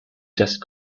just